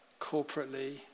corporately